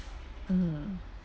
mm